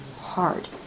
hard